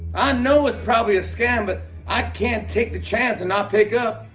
know it's probably a scam, but i can't take the chance and not pick up.